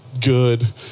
good